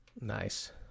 nice